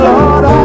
Lord